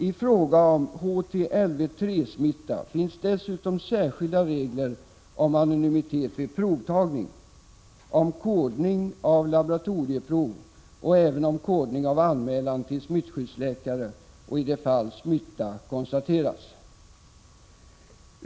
I fråga om HTLV-III-smitta finns dessutom särskilda regler om anonymitet vid provtagning, om kodning av laboratorieprov och även om kodning av anmälan till smittskyddsläkare i de fall smitta konstateras.